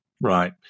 Right